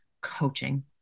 coaching